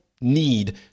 need